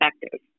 effective